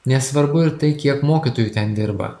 nesvarbu ir tai kiek mokytojų ten dirba